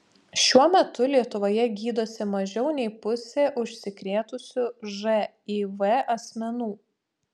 šiuo metu lietuvoje gydosi mažiau nei pusė užsikrėtusių živ asmenų